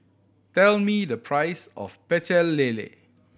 tell me the price of Pecel Lele